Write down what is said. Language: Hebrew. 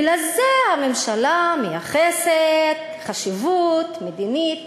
ולזה הממשלה מייחסת חשיבות מדינית רחבה,